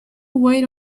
wait